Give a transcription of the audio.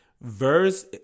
verse